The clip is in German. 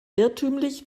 irrtümlich